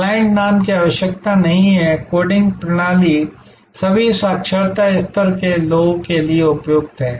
client नाम की भी आवश्यकता नहीं है और कोडिंग प्रणाली सभी साक्षरता स्तर के लोगों के लिए उपयुक्त है